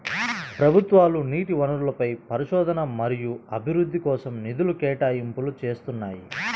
ప్రభుత్వాలు నీటి వనరులపై పరిశోధన మరియు అభివృద్ధి కోసం నిధుల కేటాయింపులు చేస్తున్నాయి